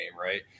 right